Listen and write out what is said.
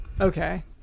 Okay